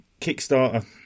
Kickstarter